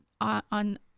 on